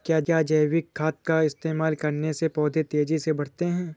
क्या जैविक खाद का इस्तेमाल करने से पौधे तेजी से बढ़ते हैं?